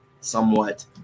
somewhat